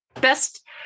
best